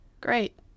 Great